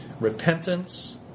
repentance